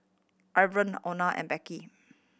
Irvine Lona and Becky